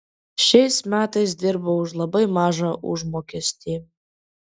šiais metais dirbau už labai mažą užmokestį